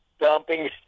dumping